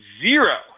zero